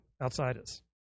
outsiders